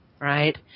right